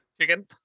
Chicken